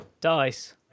Dice